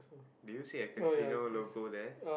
do you see a casino logo there